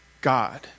God